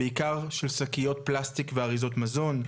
בעיקר של שקיות פלסטיק ואריזות מזון.